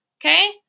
Okay